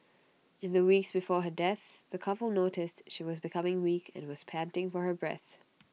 in the weeks before her death the couple noticed she was becoming weak and was panting for her breath